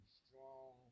strong